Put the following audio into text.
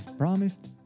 promised